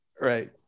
Right